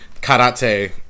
karate